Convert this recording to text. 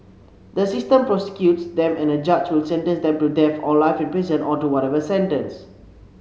the system prosecutes them and a judge will sentence them to death or life in prison or to whatever sentence